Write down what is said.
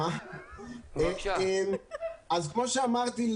כמו שאמרתי,